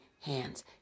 hands